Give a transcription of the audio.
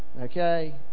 okay